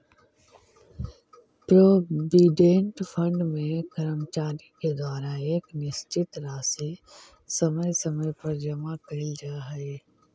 provident fund में कर्मचारि के द्वारा एक निश्चित राशि समय समय पर जमा कैल जा हई